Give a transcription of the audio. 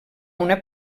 una